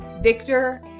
Victor